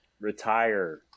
retire